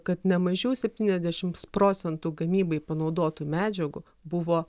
kad nemažiau septyniasdešimt procentų gamybai panaudotų medžiagų buvo